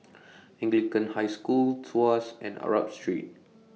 Anglican High School Tuas and Arab Street